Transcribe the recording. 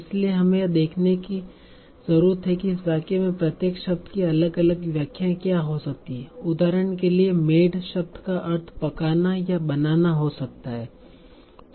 इसलिए हमें यह देखने की जरूरत है कि इस वाक्य में प्रत्येक शब्द की अलग अलग व्याख्याएं क्या हो सकती हैं उदाहरण के लिए मेड शब्द का अर्थ पकाना या बनाना हो सकता है